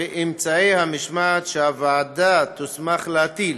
ואמצעי המשמעת שהוועדה תוסמך להטיל.